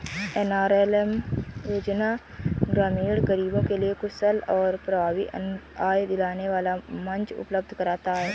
NRLM योजना ग्रामीण गरीबों के लिए कुशल और प्रभावी आय दिलाने वाला मंच उपलब्ध कराता है